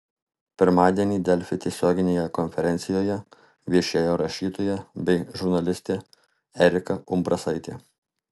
pirmadienį delfi tiesioginėje konferencijoje viešėjo rašytoja bei žurnalistė erika umbrasaitė